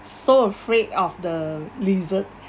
so afraid of the lizard